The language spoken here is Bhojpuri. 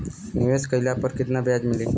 निवेश काइला पर कितना ब्याज मिली?